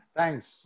Thanks